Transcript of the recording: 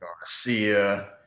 Garcia